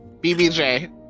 BBJ